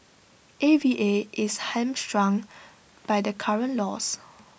A V A is hamstrung by the current laws